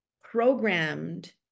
programmed